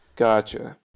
Gotcha